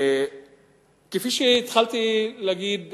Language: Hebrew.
כפי שהתחלתי להגיד,